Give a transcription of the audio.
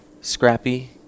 scrappy